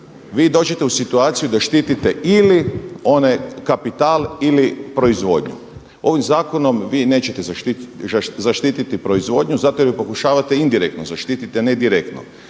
vi dođite u situaciju da štitite ili onaj kapital ili proizvodnju. Ovim zakonom vi nećete zaštititi proizvodnju zato jer pokušavate indirektno zaštititi, a ne direktno.